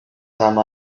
some